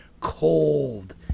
cold